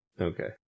Okay